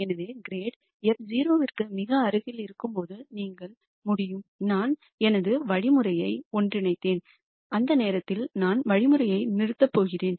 எனவே grade f 0 க்கு மிக அருகில் இருக்கும்போது நீங்கள் முடியும் நான் எனது வழிமுறையை ஒன்றிணைத்தேன் அந்த நேரத்தில் நான் வழிமுறையை நிறுத்தப் போகிறேன்